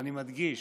ואני מדגיש,